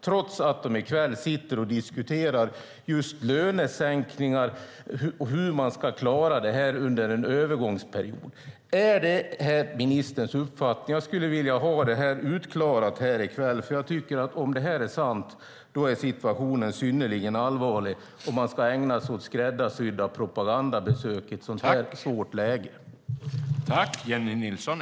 De sitter i kväll och diskuterar lönesänkningar och hur man ska klara det under en övergångsperiod. Är det ministerns uppfattning? Jag skulle vilja ha det utklarat här i kväll. Om det är sant att man ska ägna sig åt skräddarsydda propagandabesök i ett sådant svårt läge är situationen synnerligen allvarlig.